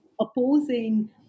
opposing